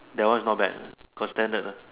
that one is not bad got standard lah